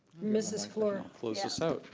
mrs. fluor. close this out.